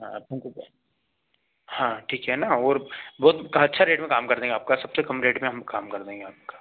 हाँ अपुन को क्या हाँ ठीक है ना ओर बहुत हम अच्छा रेट में काम कर देंगे आपका सबसे कम रेट में हम काम कर देंगे आपका